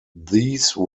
these